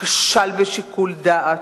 כשל בשיקול דעת,